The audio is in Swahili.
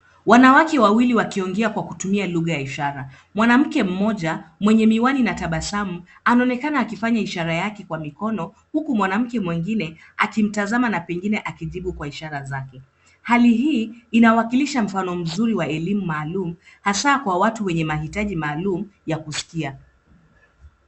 Wanawake wawili wakiongea kwa kutumia lugha ya ishara. Mwanamke mmoja mwenye miwani na tabasamu anaonekana akifanya ishara yake kwa mikono huku mwanamke mwingine akimtazama na pengine akijibu kwa ishara zake. Hali hii inawakilisha mfano mzuri wa elimu maalum hasa kwa watu wenye maitaji maalum ya kusikia.